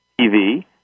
TV